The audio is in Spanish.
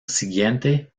siguiente